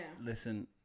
listen